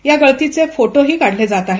या गळतीचे फोटो काढले जात आहेत